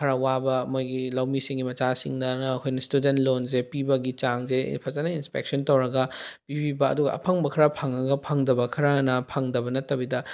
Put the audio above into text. ꯈꯔ ꯋꯥꯕ ꯃꯣꯏꯒꯤ ꯂꯧꯃꯤꯁꯤꯡꯒꯤ ꯃꯆꯥꯁꯤꯡꯗꯅ ꯑꯩꯈꯣꯏꯅ ꯁ꯭ꯇꯨꯗꯦꯟ ꯂꯣꯟꯁꯦ ꯄꯤꯕꯒꯤ ꯆꯥꯡꯁꯦ ꯐꯖꯅ ꯏꯟꯁꯄꯦꯛꯁꯟ ꯇꯧꯔꯒ ꯄꯤꯕꯤꯕ ꯑꯗꯨꯒ ꯑꯐꯪꯕ ꯈꯔ ꯐꯪꯉꯒ ꯐꯪꯗꯕ ꯈꯔꯅ ꯐꯪꯗꯕ ꯅꯠꯇꯕꯤꯗ